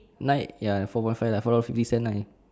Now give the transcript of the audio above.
nine ya four point five lah four dollar fifty cent nine